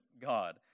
God